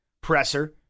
presser